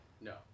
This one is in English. No